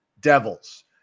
Devils